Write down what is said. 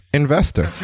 investor